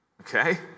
okay